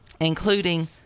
Including